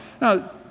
Now